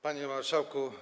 Panie Marszałku!